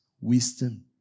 wisdom